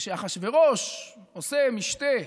כשאחשוורוש עושה משתה,